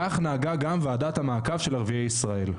כך נהגה גם ועדת המעקב של ערביי ישראל,